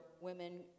women